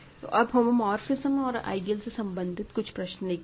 तो अब होमोमोर्फिसम और आइडियलस से सम्बंधित कुछ प्रश्न देखते हैं